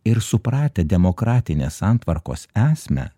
ir supratę demokratinės santvarkos esmę